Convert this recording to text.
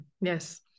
Yes